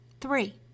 Three